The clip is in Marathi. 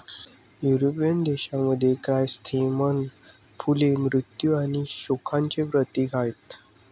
युरोपियन देशांमध्ये, क्रायसॅन्थेमम फुले मृत्यू आणि शोकांचे प्रतीक आहेत